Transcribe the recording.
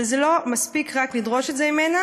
אבל זה לא מספיק רק לדרוש את זה ממנה,